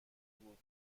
بود